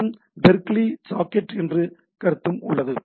மற்றும் Berkeley socket என்று ஒரு கருத்தும் உள்ளது